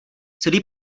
celý